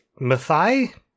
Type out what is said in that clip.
Mathai